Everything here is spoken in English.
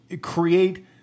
create